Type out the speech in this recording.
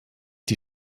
die